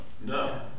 No